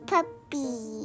Puppy